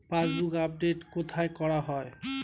Passbook update কোথায় করা হয়?